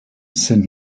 sind